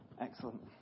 excellent